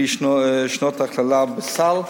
לפי שנות הכללה בסל.